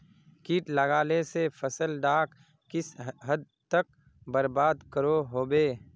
किट लगाले से फसल डाक किस हद तक बर्बाद करो होबे?